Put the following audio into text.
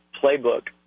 playbook